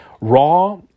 Raw